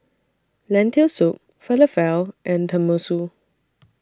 Lentil Soup Falafel and Tenmusu